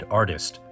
artist